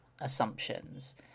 assumptions